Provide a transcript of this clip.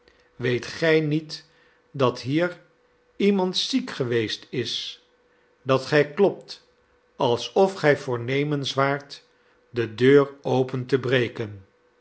weet gij nelly niet dat hier iemand ziek geweest is dat gij klopt alsof gij voornemens waart de deur open te breken